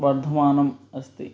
वर्धमानम् अस्ति